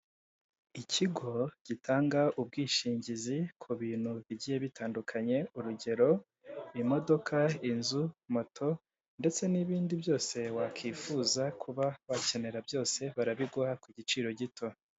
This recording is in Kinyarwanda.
Ikigo gitanga ubwishingizi ku bintu bigiye bitandukanye, urugero; imodoka, inzu, moto ndetse n'ibindi byose wakwifuza kuba wakenera barabiguha kugiciro gito.